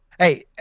Hey